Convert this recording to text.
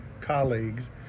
colleagues